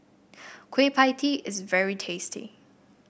Kueh Pie Tee is very tasty